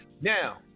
Now